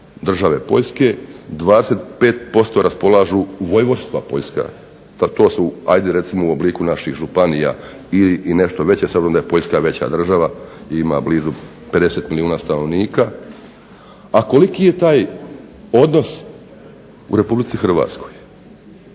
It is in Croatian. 25% raspolažu vojvodstva Poljska, da to su hajde recimo u obliku naših županija ili nešto veća s obzirom da je Poljska veća država i ima blizu 50 milijuna stanovnika. A koliki je taj odnos u Republici Hrvatskoj.